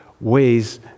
ways